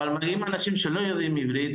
אבל מגיעים אנשים לא יודעים עברית,